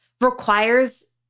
requires